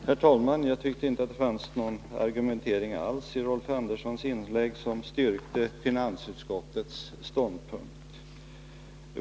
Herr talman! Jag tyckte inte att det fanns någon argumentering alls i Rolf Anderssons inlägg som styrkte finansutskottets ståndpunkt.